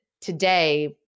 today